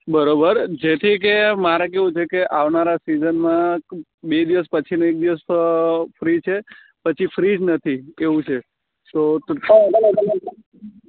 બરોબર જેથી કે મારે કેવું છે કે આવનારા સિઝનમાં બે દિવસ પછીનો એક દિવસ ફ્રી છે પછી ફ્રી જ નથી એવું છે તો હવે